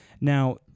Now